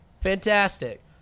Fantastic